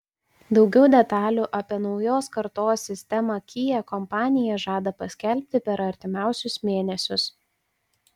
daugiau detalių apie naujos kartos sistemą kia kompanija žada paskelbti per artimiausius mėnesius